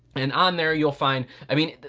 and on there, you'll find, i mean,